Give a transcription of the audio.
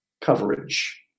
coverage